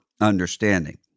understanding